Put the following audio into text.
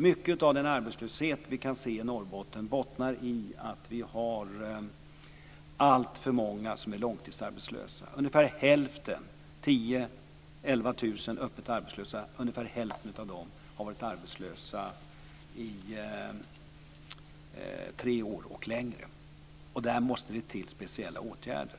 Mycket av den arbetslöshet vi kan se i Norrbotten bottnar i att vi har alltför många långtidsarbetslösa. Ungefär hälften av 10 000, 11 000 öppet arbetslösa har varit arbetslösa i tre år och längre. Där måste det till speciella åtgärder.